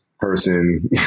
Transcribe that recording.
person